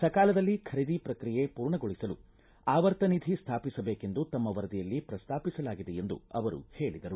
ಸಕಾಲದಲ್ಲಿ ಖರೀದಿ ಪ್ರಕ್ರಿಯೆ ಪೂರ್ಣಗೊಳಿಸಲು ಆವರ್ತ ನಿಧಿ ಸ್ಥಾಪಿಸಬೇಕೆಂದು ತಮ್ಮ ವರದಿಯಲ್ಲಿ ಪ್ರಸ್ತಾಪಿಸಲಾಗಿದೆ ಎಂದು ಅವರು ಹೇಳಿದರು